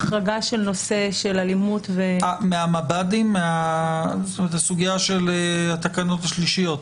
הנושא של אלימות --- זאת הסוגיה של התקנות השלישיות,